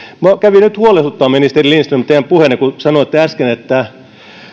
minua kävi nyt huolestuttamaan ministeri lindström teidän puheenne kun sanoitte äsken että